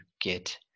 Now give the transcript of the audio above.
get